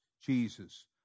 Jesus